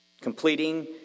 completing